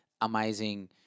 Amazing